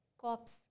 cops